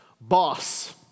boss